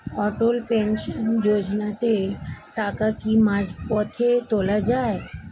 অটল pension যোজনাতে টাকা কি মাঝপথে তোলা যায়?